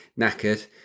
knackered